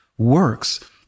Works